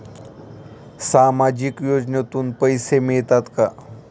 सामाजिक योजनेतून पैसे मिळतात का?